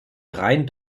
rein